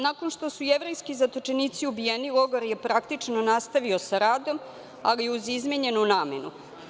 Nakon što su jevrejski zatočenici ubijeni, logor je praktično nastavio sa radom, ali uz izmenjenu namenu.